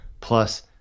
plus